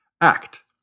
act